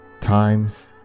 Times